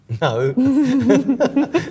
No